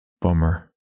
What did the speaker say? Bummer